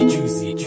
Juicy